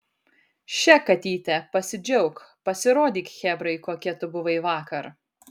še katyte pasidžiauk pasirodyk chebrai kokia tu buvai vakar